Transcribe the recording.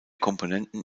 komponenten